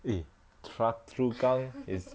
eh choa chu kang is